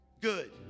Good